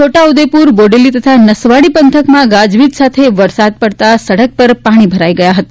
છોટા ઉદેપુર બોડેલી તથા નસવાડી પંથકમાં ગાજવીજ સાથે વરસાદ પડતા સડક ઉપર પાણી ભરાઇ ગયા હતા